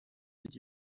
did